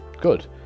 good